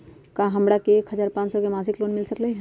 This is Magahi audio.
का हमरा के एक हजार पाँच सौ के मासिक लोन मिल सकलई ह?